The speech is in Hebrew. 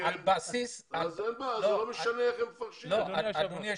אדוני,